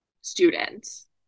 students